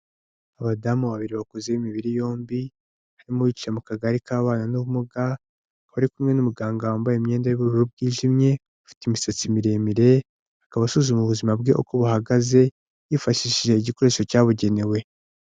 Abadamu babiri bakuze b'imibiri yombi harimo uwicaye mu kagare k'ababana n'ubumuga wari kumwe n'umuganga wambaye imyenda y'ubururu bwijimye ufite imisatsi miremire akaba asuzuma ubuzima bwe uko buhagaze yifashishije igikoresho cyabugenewe.